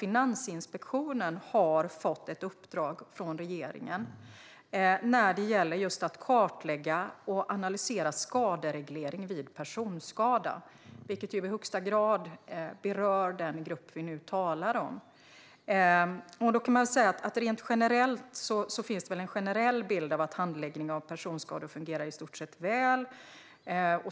Finansinspektionen har nämligen fått i uppdrag av regeringen att kartlägga och analysera skadereglering vid personskada, vilket ju i högsta grad berör den grupp vi talar om. Den generella bilden är att handläggning av personskador fungerar väl.